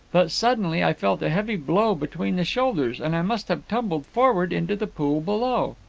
but suddenly i felt a heavy blow between the shoulders, and i must have tumbled forward into the pool below.